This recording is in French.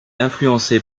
influencé